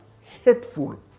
hateful